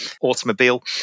automobile